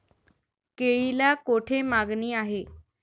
केळीला कोठे मागणी आहे?